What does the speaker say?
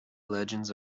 legends